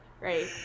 right